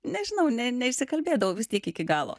nežinau ne neišsikalbėdavau vis tiek iki galo